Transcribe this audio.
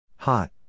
Hot